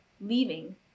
leaving